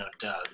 Doug